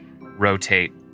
rotate